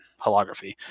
holography